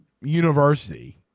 University